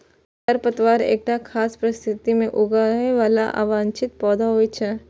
खरपतवार एकटा खास परिस्थिति मे उगय बला अवांछित पौधा होइ छै